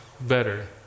better